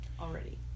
already